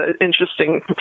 interesting